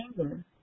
anger